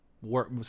work